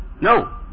no